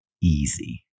easy